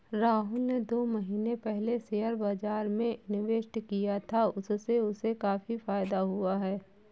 राहुल ने दो महीने पहले शेयर बाजार में इन्वेस्ट किया था, उससे उसे काफी फायदा हुआ है